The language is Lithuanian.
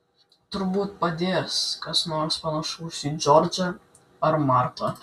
turbūt padės kas nors panašus į džordžą ar martą